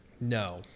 No